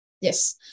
Yes